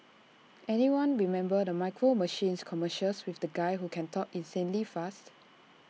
anyone remember the micro machines commercials with the guy who can talk insanely fast